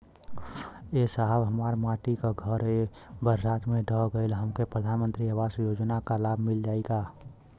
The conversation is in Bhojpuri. ए साहब हमार माटी क घर ए बरसात मे ढह गईल हमके प्रधानमंत्री आवास योजना क लाभ मिल जाई का?